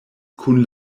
kun